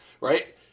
Right